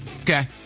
Okay